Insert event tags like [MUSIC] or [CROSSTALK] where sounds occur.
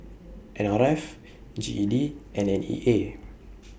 N R F G E D and N E A [NOISE]